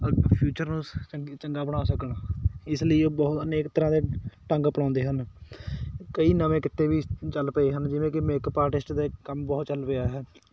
future ਨੂੰ ਚੰਗਾ ਚੰਗਾ ਬਣਾ ਸਕਣ ਇਸ ਲਈ ਬਹੁਤ ਅਨੇਕ ਤਰ੍ਹਾਂ ਦੇ ਢੰਗ ਅਪਣਾਉਂਦੇ ਹਨ ਕਈ ਨਵੇਂ ਕਿੱਤੇ ਵੀ ਚੱਲ ਪਏ ਹਨ ਜਿਵੇਂ ਕਿ ਮੇਕਅਪ ਆਰਟਿਸਟ ਦਾ ਕੰਮ ਬਹੁਤ ਚੱਲ ਪਿਆ ਹੈ